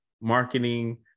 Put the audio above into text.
marketing